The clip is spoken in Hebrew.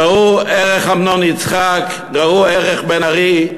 ראו ערך: אמנון יצחק, ראו ערך: בן-ארי,